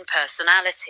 personality